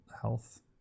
health